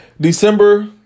December